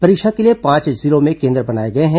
परीक्षा के लिए पांच जिलों में केन्द्र बनाए गए हैं